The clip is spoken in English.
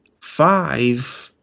five